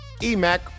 EMAC